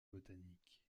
botaniques